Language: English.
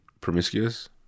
Promiscuous